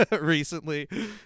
recently